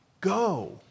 go